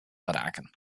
geraken